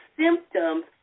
symptoms